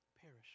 perish